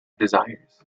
desires